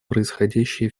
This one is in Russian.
происходящие